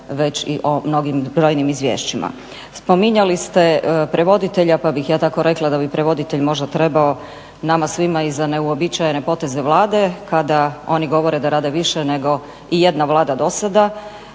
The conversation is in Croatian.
već i o mnogim brojnim izvješćima. Spominjali ste prevoditelja pa bih ja tako rekla da bi možda prevoditelj trebao nama svima i za neuobičajene poteze Vlade kada oni govore da rade više nego ijedna Vlada do sada